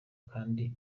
kandi